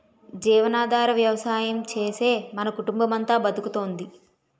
జీవనాధార వ్యవసాయం చేసే మన కుటుంబమంతా బతుకుతోంది